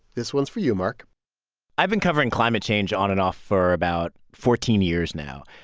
this one's for you, mark i've been covering climate change on and off for about fourteen years now,